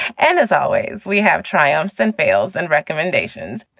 and as always, we have triumphs and failures and recommendations.